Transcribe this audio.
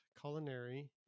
Culinary